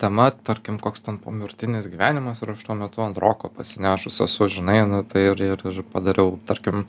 tema tarkim koks ten pomirtinis gyvenimas ir aš tuo metu ant roko pasinešus esu žinai nu tai ir ir ir padariau tarkim